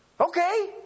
Okay